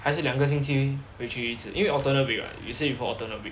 还是两个星期回去一次因为 alternate week [what] 有些 alternate week